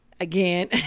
again